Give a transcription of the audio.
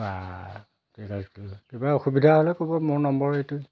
বা কিবা অসুবিধা হ'লে ক'ব মোৰ নম্বৰ এইটোৱে